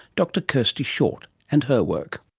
dr kirsty short, and her work.